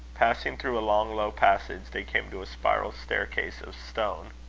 passing through a long low passage, they came to a spiral staircase of stone,